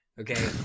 okay